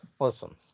listen